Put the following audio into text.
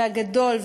והגדול,